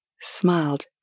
smiled